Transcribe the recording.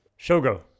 Shogo